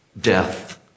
Death